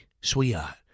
sweetheart